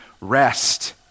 rest